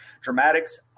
dramatics